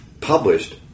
published